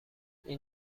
این